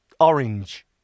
Orange